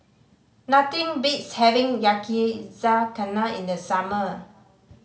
nothing beats having Yakizakana in the summer